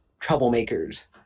troublemakers